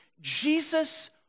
Jesus